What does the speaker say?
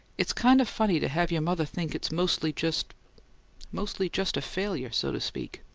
it's kind of funny to have your mother think it's mostly just mostly just a failure, so to speak.